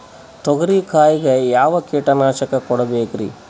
ತೊಗರಿ ಕಾಯಿಗೆ ಯಾವ ಕೀಟನಾಶಕ ಹೊಡಿಬೇಕರಿ?